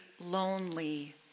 lonely